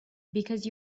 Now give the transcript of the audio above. because